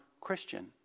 Christian